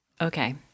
Okay